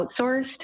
outsourced